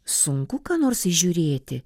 sunku ką nors įžiūrėti